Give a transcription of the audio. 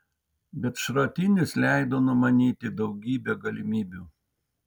bet šratinis leido numanyti daugybę galimybių